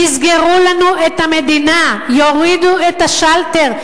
יסגרו לנו את המדינה, יורידו את השלטר.